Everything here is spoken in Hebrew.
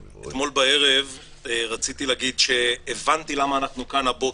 אתמול בערב רציתי להגיד שהבנתי למה אנחנו כאן הבוקר,